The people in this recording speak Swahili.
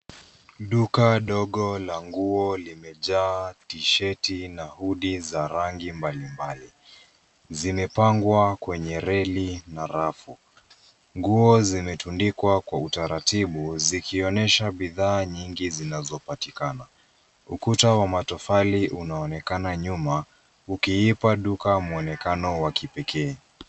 Duka dogo la nguo limejaa tisheti na [cs ]hoodie za rangi mbali mbali. Zimepangwa kwenye reli na rafu. Nguo zimetundikwa kwa utaratibu, zikionyesha bidhaa nyingi zinazopatikana. Ukuta wa matofali unaonekana nyuma, ukiipa duka mwonekano wa kipekee.